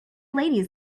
ladies